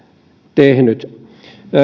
tehnyt